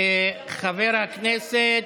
חבר הכנסת